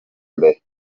mbere